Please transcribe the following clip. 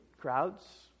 crowds